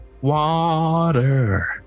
water